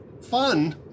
Fun